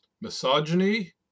misogyny